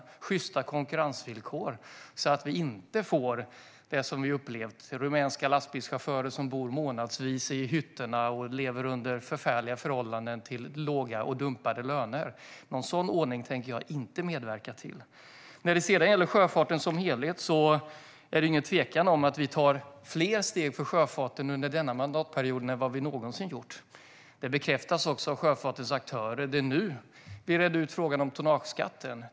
Det ska råda sjysta konkurrensvillkor, så att vi inte får det som vi upplevt med rumänska lastbilschaufförer som bor månadsvis i hytterna och lever under förfärliga förhållanden till dumpade löner. Någon sådan ordning tänker jag inte medverka till. När det gäller sjöfarten som helhet är det ingen tvekan om att vi har tagit fler steg under denna mandatperiod än vad vi någonsin gjort. Detta bekräftas också av sjöfartens aktörer. Det är nu vi har rett ut frågan om tonnageskatten.